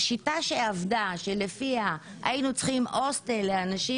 השיטה שעבדה שלפיה היינו צריכים הוסטל לאנשים